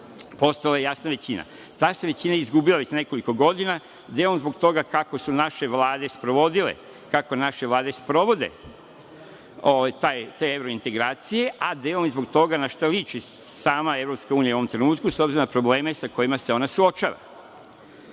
postojala je jasna većina. Ta se većina izgubila već nekoliko godina, delom zbog toga kako su naše vlade sprovodile i kako naše vlade sprovode te evrointegracije, a delom zbog toga na šta liči sama EU u ovom trenutku, s obzirom na probleme sa kojima se ona suočava.